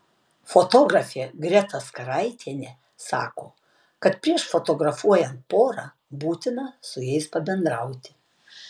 fotografė greta skaraitienė sako kad prieš fotografuojant porą būtina su jais pabendrauti